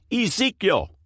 Ezekiel